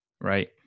Right